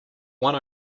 one